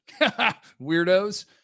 Weirdos